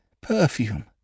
perfume